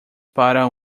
para